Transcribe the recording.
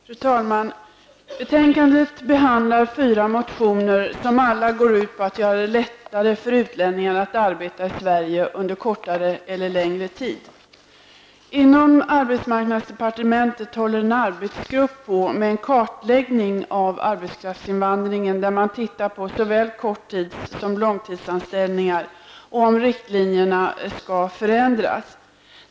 Fru talman! Detta betänkande behandlar fyra motioner som alla går ut på att göra det lättare för utlänningar att arbeta i Sverige under kortare eller längre tid. En arbetsgrupp inom arbetsmarknadsdepartementet håller på med en kartläggning av arbetskraftsinvandringen, där man ser på såväl korttidsanställningar som långtidsanställningar och huruvida riktlinjerna skall förändras.